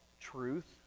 truth